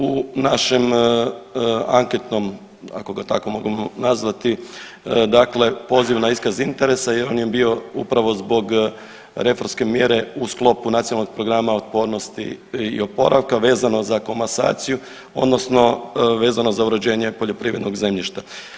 U našem anketnom ako ga tako mogu nazvati dakle pozivu na iskaz interesa on je bio upravo zbog reformske mjere u sklopu Nacionalnog programa otpornosti i opravka vezano za komasaciju odnosno vezano za uređenje poljoprivrednog zemljišta.